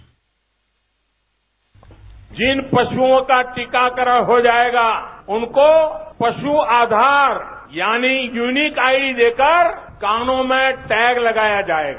bite जिन पशुओं का टीकाकरण हो जायेगा उनको पशु आधार यानी यूनीक आईडी देकर कानों में टैग लगाया जायेगा